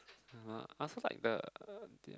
uh I also like the